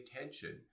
attention